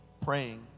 praying